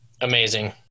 Amazing